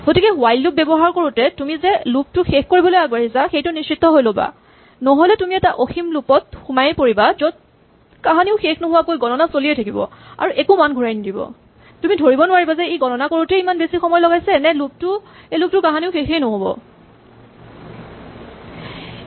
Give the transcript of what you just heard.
গতিকে while loop ব্যৱহাৰ কৰোতে তুমি যে লুপ টো শেষ কৰিবলৈ আগবাঢ়িছা সেইটো নিশ্চিত হৈ ল'বা নহ'লে তুমি এটা অসীম লুপ ত সোমাই পৰিবা য'ত কাহানিও শেষ নোহোৱাকৈ গণনা চলিয়েই থাকিব আৰু একো মান ঘূৰাই নিদিব তুমি ধৰিব নোৱাৰিবা যে ই গণনা কৰোতেই ইমান বেছি সময় লগাইছে নে এই লুপ টো কাহানিও শেষেই নহ'ব